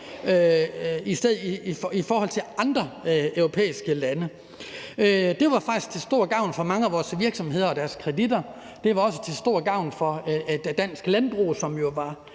i forhold til andre europæiske lande. Det var faktisk til stor gavn for mange af vores virksomheder og deres kreditter. Det var også til stor gavn for dansk landbrug, som jo i